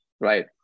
right